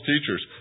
teachers